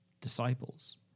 disciples